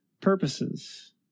purposes